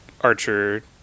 Archer